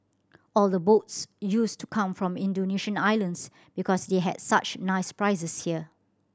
all the boats used to come from the Indonesian islands because they had such nice prizes here